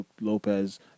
Lopez